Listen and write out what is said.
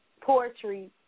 poetry